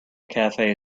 cafe